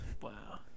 wow